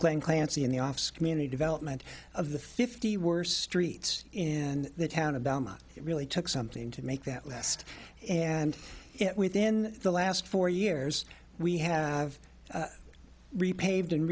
claim clancy in the office community development of the fifty worst streets in the town of dhamma it really took something to make that last and yet within the last four years we have repaved and